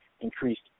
increased